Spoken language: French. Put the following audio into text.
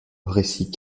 récit